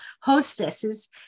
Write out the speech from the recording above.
hostesses